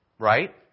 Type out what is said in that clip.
Right